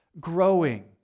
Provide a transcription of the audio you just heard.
growing